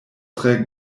tre